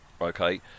Okay